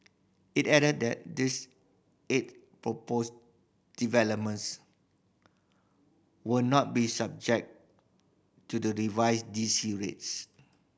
it added that this eight proposed developments will not be subject to the revised D C rates